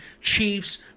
Chiefs